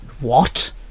What